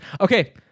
Okay